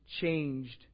changed